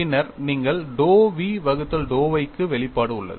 பின்னர் நீங்கள் dou v வகுத்தல் dou y க்கு வெளிப்பாடு உள்ளது